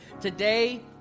Today